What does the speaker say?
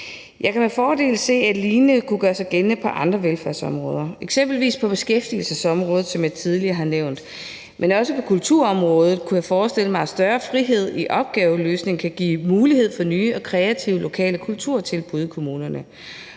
lignende med fordel kunne gøre sig gældende på andre velfærdsområder, eksempelvis på beskæftigelsesområdet, som jeg tidligere har nævnt, men også på kulturområdet kunne jeg forestille mig, at en større frihed i opgaveløsningen kan give mulighed for nye og kreative lokale kulturtilbud i kommunerne.